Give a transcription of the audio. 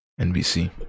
NBC